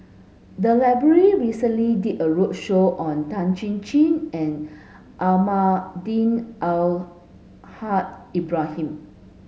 the library recently did a roadshow on Tan Chin Chin and Almahdi Al Haj Ibrahim